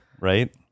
right